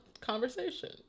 conversation